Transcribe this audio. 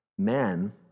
Men